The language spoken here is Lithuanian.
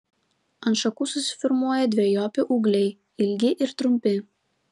ant šakų susiformuoja dvejopi ūgliai ilgi ir trumpi